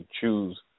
choose